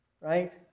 right